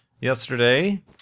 yesterday